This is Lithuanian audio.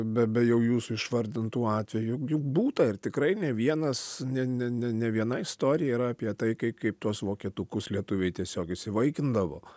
be be jau jūsų išvardintų atvejų jų būta ir tikrai ne vienas ne ne ne ne viena istorija yra apie tai kai kaip tuos vokietukus lietuviai tiesiog įsivaikindavo